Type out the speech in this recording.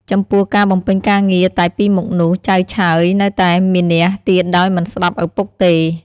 ចំពោះការបំពេញការងារតែពីរមុខនោះ ចៅឆើយ នៅតែមានះទៀតដោយមិនស្តាប់ឪពុកទេ ។